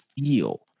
feel